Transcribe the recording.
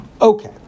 Okay